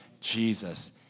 Jesus